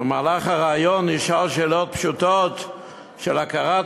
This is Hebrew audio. במהלך הריאיון הוא נשאל שאלות פשוטות על העיר,